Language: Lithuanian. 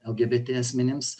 lgbt asmenims